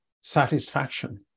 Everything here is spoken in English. satisfaction